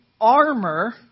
armor